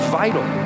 vital